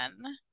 one